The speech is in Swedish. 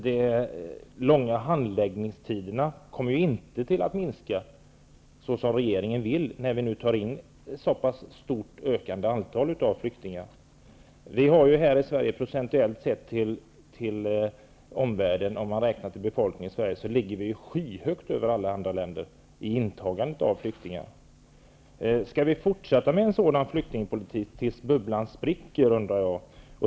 De långa handläggningstiderna kommer ju inte att minska -- som regeringen vill -- när vi nu tar in så många fler flyktingar. Procentuellt sett ligger Sverige, om vi ser till befolkningens storlek, skyhögt över alla andra länder när det gäller intagandet av flyktingar. Skall vi fortsätta med en sådan flyktingpolitik, tills bubblan spricker?